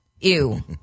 ew